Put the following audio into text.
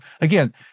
again